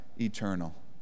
eternal